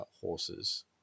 horses